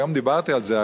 היום דיברתי על זה.